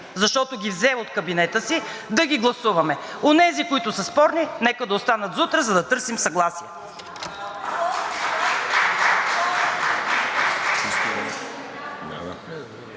защото ги взе от кабинета си, да ги гласуваме. Онези, които са спорни, нека да останат за утре, за да търсим съгласие.